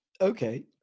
Okay